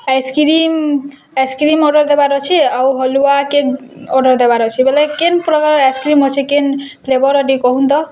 ice cream ice cream order ଦେବାର୍ ଅଛି ଆଉ ହଲୱାକେକ୍ ଅର୍ଡ଼ର୍ ଦେବାର୍ ଅଛେ ବେଲେ କେନ୍ ପ୍ରକାର୍ ଆଇସ୍କ୍ରିମ୍ ଅଛେ ବେଲେ କିନ୍ ଫ୍ଲେଭର୍ ଅଛି ଟିକେ କୋହୁନ୍ ତ